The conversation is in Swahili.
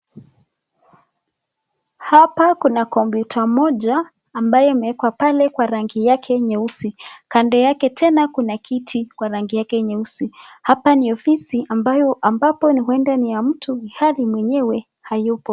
Hapa kuna computer moja ambaye imewekwa pale kwa rangi yake nyeusi, kando yake tena kuna kiti kwa rangi yake nyeusi, hapa ni ofisi, ambapo huenda ni ya mtu, ilhali mwenyewe hayupo.